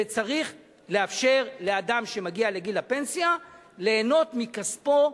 שצריך לאפשר לאדם שמגיע לגיל הפנסיה ליהנות מכספו,